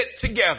together